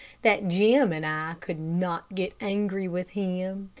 that jim and i could not get angry with him.